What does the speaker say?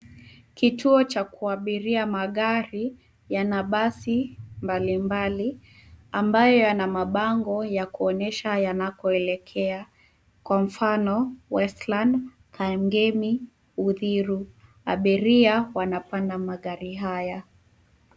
Kituo cha kuabiria magari yana basi mbalimbali ambayo yana mabango ya kuonyesha yanayoelekea kwa mfano Westlands, Kangemi, Uthiru. Abiria wanapanda magari haya.